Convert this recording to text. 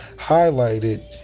highlighted